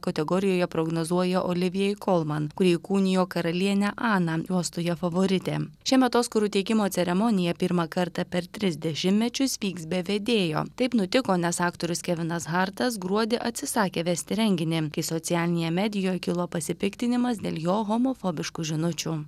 kategorijoje prognozuoja olivijai kolman kol man kuri įkūnijo karalienę aną juostoje favoritė šiemet oskarų įteikimo ceremonija pirmą kartą per tris dešimtmečius vyks be vedėjo taip nutiko nes aktorius kevinas hartas gruodį atsisakė vesti renginį kai socialinėje medijoj kilo pasipiktinimas dėl jo homofobiškų žinučių